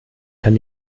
kann